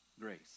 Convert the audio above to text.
grace